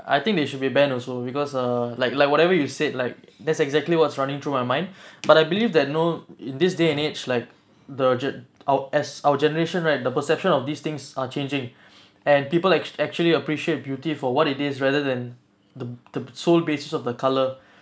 I think they should be banned also because uh like like whatever you said like that's exactly what's running through my mind but I believe that no in this day and age like the gen our as our generation right the perception of these things are changing and people actually actually appreciate beauty for what it is rather than the the sole basis of the color